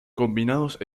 combinados